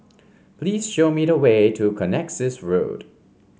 please show me the way to Connexis Road